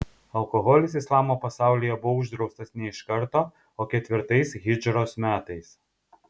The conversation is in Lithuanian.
alkoholis islamo pasaulyje buvo uždraustas ne iš karto o ketvirtais hidžros metais